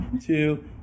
Two